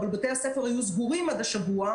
אבל בתי הספר היו סגורים עד השבוע,